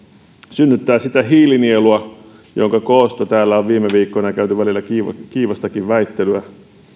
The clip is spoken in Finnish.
synnyttää sitä hiilinielua jonka koosta täällä on viime viikkoina käyty välillä kiivastakin väittelyä